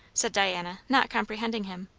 said diana, not comprehending him.